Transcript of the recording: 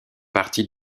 partie